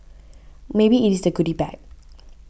maybe it is the goody bag